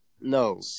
no